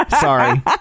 Sorry